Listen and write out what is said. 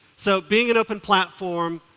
so being an open platform,